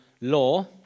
law